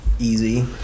easy